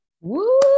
Woo